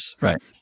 Right